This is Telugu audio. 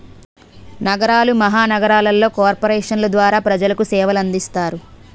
నగరాలు మహానగరాలలో కార్పొరేషన్ల ద్వారా ప్రజలకు సేవలు అందిస్తారు